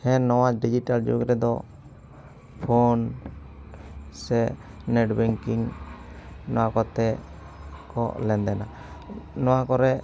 ᱦᱮᱸ ᱱᱚᱣᱟ ᱰᱤᱡᱤᱴᱟᱞ ᱡᱩᱜᱽ ᱨᱮᱫᱚ ᱯᱷᱳᱱ ᱥᱮ ᱱᱮᱴ ᱵᱮᱝᱠᱤᱝ ᱱᱚᱣᱟ ᱠᱚᱛᱮ ᱠᱚ ᱞᱮᱱᱫᱮᱱᱟ ᱱᱚᱣᱟ ᱠᱚᱨᱮ